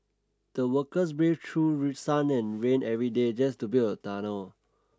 the workers braved through sun and rain every day just to build a tunnel